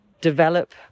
develop